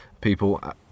People